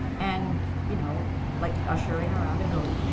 and you know like assuring around a goat.